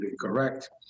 correct